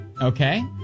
Okay